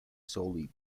solely